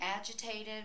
agitated